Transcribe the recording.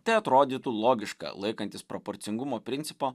tai atrodytų logiška laikantis proporcingumo principo